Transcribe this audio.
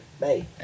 bye